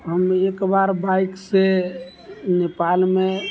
हम एकबेर बाइकसँ नेपालमे